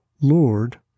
Lord